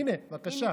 הינה, בבקשה,